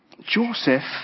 Joseph